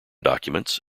documents